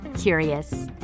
curious